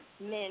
men